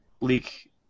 leak